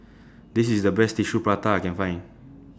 This IS The Best Tissue Prata that I Can Find